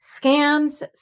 Scams